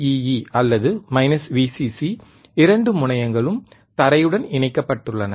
Vee அல்லது Vcc இரண்டு முனையங்களும் தரையுடன் இணைக்கப்பட்டுள்ளன